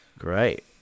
Great